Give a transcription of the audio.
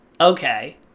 Okay